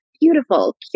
beautiful